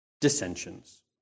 dissensions